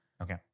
Okay